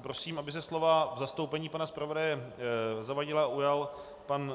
Prosím, aby se slova v zastoupení pana zpravodaje Zavadila ujal pan